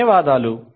ధన్యవాదాలు